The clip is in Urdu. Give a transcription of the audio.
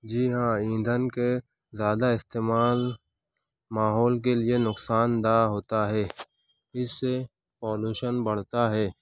جی ہاں ایندھن کے زیادہ استعمال ماحول کے لیے نقصان دہ ہوتا ہے اس سے پالوشن بڑھتا ہے